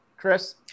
chris